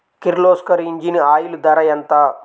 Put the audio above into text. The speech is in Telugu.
కిర్లోస్కర్ ఇంజిన్ ఆయిల్ ధర ఎంత?